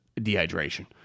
dehydration